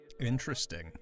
Interesting